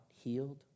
healed